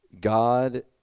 God